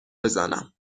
بزنم